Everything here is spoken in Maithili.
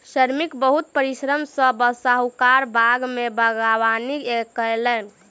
श्रमिक बहुत परिश्रम सॅ साहुकारक बाग में बागवानी कएलक